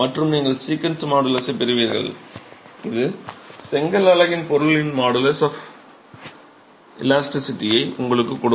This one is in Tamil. மற்றும் நீங்கள் சீகண்ட் மாடுலஸைப் பெறுவீர்கள் இது செங்கல் அலகு பொருளின் மாடுலஸ் ஆஃப் இலாஸ்டிசிட்டியை உங்களுக்கு கொடுக்கும்